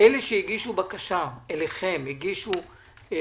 אלה שהגישו בקשה אליכם בזמן,